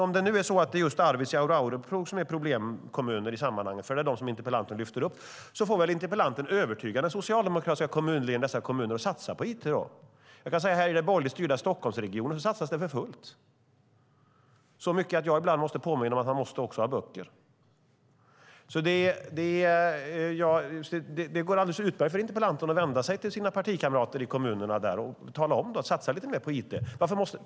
Om det är just Arvidsjaur och Arjeplog som är problemkommuner i sammanhanget, som interpellanten lyfter fram, får hon väl övertyga den socialdemokratiska ledningen i dessa kommuner att satsa på it. I den borgerligt styrda Stockholmsregionen satsas det för fullt, så mycket att jag ibland måste påminna om att man också måste ha böcker. Det går alldeles utmärkt för interpellanten att vända sig till sina partikamrater i dessa kommuner och tala om att de ska satsa lite mer på it.